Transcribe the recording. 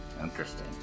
Interesting